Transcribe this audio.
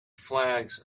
flags